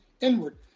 inward